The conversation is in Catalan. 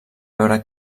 veure